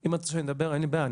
אם את רוצה שאני אדבר אין לי בעיה,